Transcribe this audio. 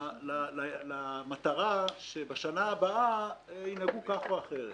למטרה שבשנה הבאה ינהגו כך או אחרת.